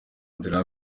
nzira